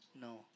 No